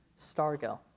Stargell